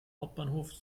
hauptbahnhof